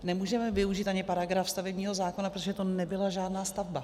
Nemůžeme využít ani paragraf stavebního zákona, protože to nebyla žádná stavba.